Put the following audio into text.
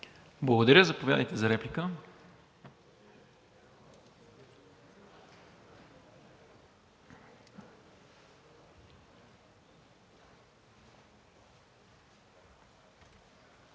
Благодаря. Заповядайте за реплика.